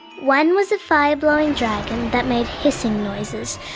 one was a fire-blowing dragon that made hissing noises,